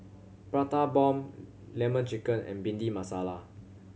Prata Bomb Lemon Chicken and Bhindi Masala